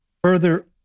further